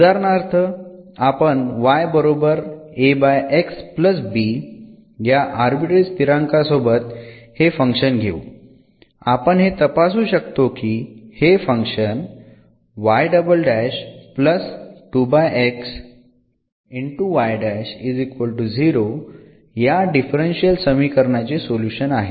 उदाहरणार्थ आपण या आर्बिट्ररी स्थिरांकांसोबत हे फंक्शन घेऊ आपण हे तपासू शकतो की हे फंक्शन या डिफरन्शियल समीकरणाचे सोल्युशन आहे